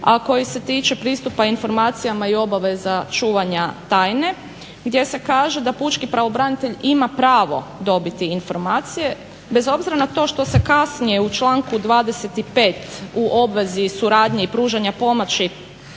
a koji se tiče pristupa informacijama i obaveza čuvanja tajne gdje se kaže da pučki pravobranitelj ima pravo dobiti informacije bez obzira na to što se kasnije u članku 25. u obvezi suradnje i pružanja pomoći